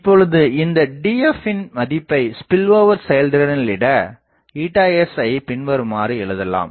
இப்பொழுது இந்த Df யின் மதிப்பை ஸ்பில்ஓவர் செயல்திறனில் இட s ஐ பின்வருமாறு எழுதலாம்